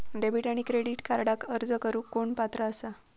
Debit आणि credit कार्डक अर्ज करुक कोण पात्र आसा?